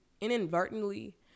inadvertently